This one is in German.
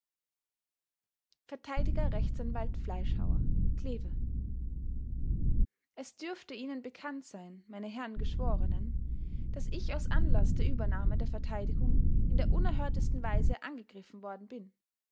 verteidiger rechtsanwalt fleischhauer kleve es dürfte ihnen bekannt sein meine herren geschworenen daß ich aus anlaß der übernahme der verteidigung in der unerhörtesten weise angegriffen worden bin